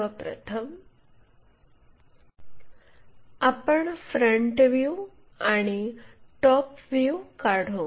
सर्वप्रथम आपण front view आणि टॉप व्ह्यू काढू